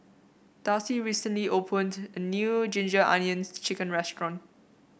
Darci recently opened a new Ginger Onions chicken restaurant